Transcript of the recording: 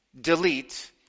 delete